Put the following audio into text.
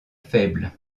faible